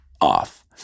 off